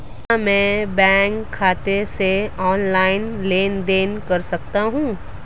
क्या मैं बैंक खाते से ऑनलाइन लेनदेन कर सकता हूं?